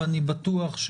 ואני בטוח,